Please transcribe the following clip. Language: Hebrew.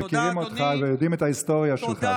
אנחנו מכירים אותך ויודעים את ההיסטוריה שלך.